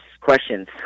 questions